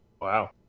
Wow